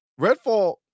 Redfall